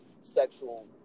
sexual